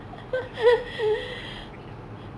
ya F_Y_P question ah